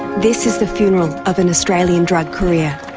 this is the funeral of an australian drug courier.